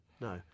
No